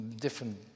different